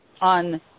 on